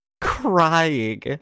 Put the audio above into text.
crying